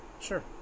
sure